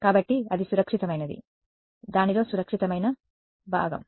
కాబట్టి అది సురక్షితమైనది దానిలో సురక్షితమైన భాగం